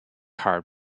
hard